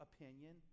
opinion